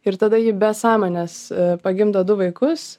ir tada ji be sąmonės pagimdo du vaikus